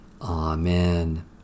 Amen